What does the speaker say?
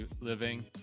living